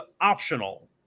optional